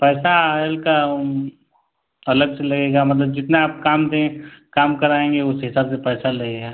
पैसा आयल का अलग से लगेगा मतलब जितना आप काम दें काम कराएँगे उस हिसाब से पैसा लगेगा